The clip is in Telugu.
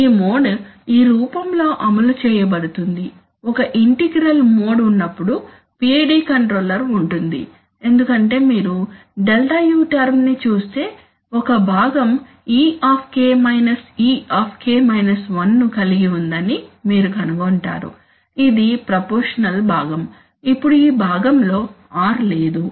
ఈ మోడ్ ఈ రూపంలో అమలు చేయబడుతుంది ఒక ఇంటిగ్రల్ మోడ్ ఉన్నప్పుడు PID కంట్రోలర్ ఉంటుంది ఎందుకంటే మీరు Δu టర్మ్ ని చూస్తే ఒక భాగం e మైనస్ e ను కలిగి ఉందని మీరు కనుగొంటారు ఇది ప్రపోర్షషనల్ భాగం ఇప్పుడు ఈ భాగంలో r లేదు